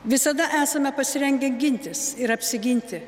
visada esame pasirengę gintis ir apsiginti